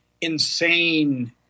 insane